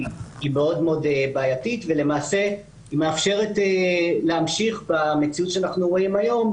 מאוד בעייתית ולמעשה מאפשרת להמשיך במציאות שאנחנו רואים היום,